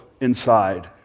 inside